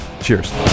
Cheers